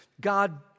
God